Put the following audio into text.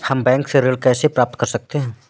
हम बैंक से ऋण कैसे प्राप्त कर सकते हैं?